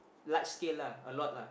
large scale lah a lot lah